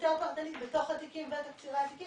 יותר פרטנית בתוך התיקים ותקצירי התיקים